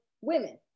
women